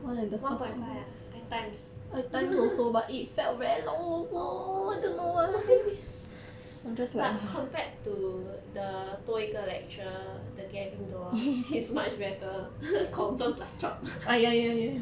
one point five ah I times but compared to the 多一个 lecturer the gavin dua he's much better confirm plus chop